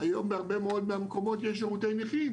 היום בהרבה מאוד מהמקומות יש שירותי נכים